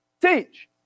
teach